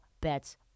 bets